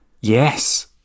Yes